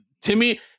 Timmy